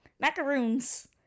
Macaroons